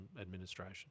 administration